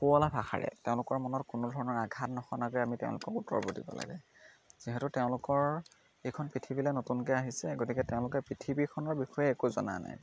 শুৱলা ভাষাৰে তেওঁলোকৰ মনত কোনো ধৰণৰ আঘাত নসনাকৈ আমি তেওঁলোকক উত্তৰবোৰ দিব লাগে যিহেতু তেওঁলোকৰ এইখন পৃথিৱীলৈ নতুনকৈ আহিছে গতিকে তেওঁলোকে পৃথিৱীখনৰ বিষয়ে একো জনা নাই